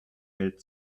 welt